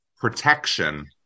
protection